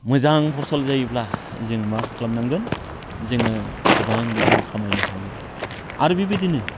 मोजां फसल जायोब्ला जों मा खालामनांगोन जोङो गोबां रां खामायनो हायो आरो बिबायदिनो